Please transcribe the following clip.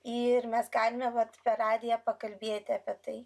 ir mes galime vat per radiją pakalbėti apie tai